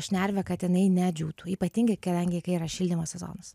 šnervę kad jinai nedžiūtų ypatingai kadangi kai yra šildymo sezonas